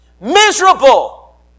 Miserable